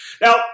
Now